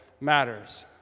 matters